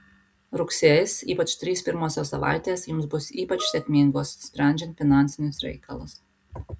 rugsėjis ypač trys pirmosios savaitės jums bus ypač sėkmingos sprendžiant finansinius reikalus